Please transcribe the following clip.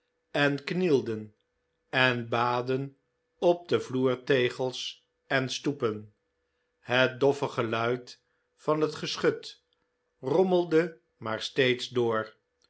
en knielden en baden op de vloertegels en stoepen het doffe geluid van het geschut rommelde maar steeds door